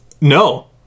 No